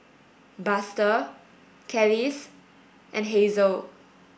Buster Kelis and Hazle